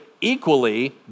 equally